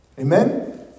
Amen